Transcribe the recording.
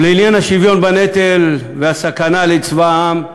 ולעניין השוויון בנטל והסכנה לצבא העם,